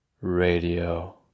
radio